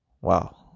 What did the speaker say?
Wow